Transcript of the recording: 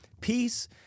Peace